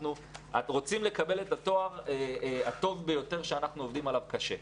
אנחנו רוצים לקבל את התואר הטוב ביותר עליו אנחנו עובדים קשה.